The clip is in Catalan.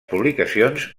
publicacions